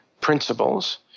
principles